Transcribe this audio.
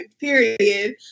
period